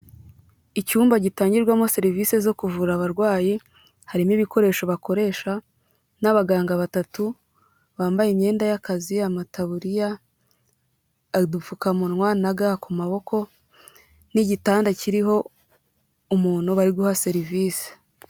Icyumba gitangirwamo serivisi zo kuvura abarwayi, harimo ibikoresho bakoresha n'abaganga batatu bambaye imyenda y'akazi, amataburiya adupfukamunwa na ga ku maboko n'igitanda kiriho umuntu bari guha serivisi.